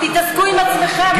תתעסקו עם עצמכם,